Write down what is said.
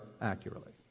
accurately